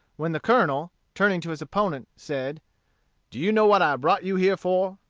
when the colonel, turning to his opponent, said do you know what i brought you here for?